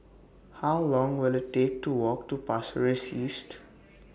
How Long Will IT Take to Walk to Pasir Ris East